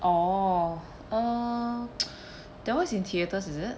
oh uh that one's in theatres is it